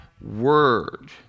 word